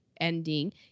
ending